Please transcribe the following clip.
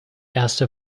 erste